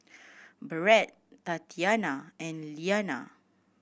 Barrett Tatianna and Leana